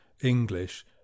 English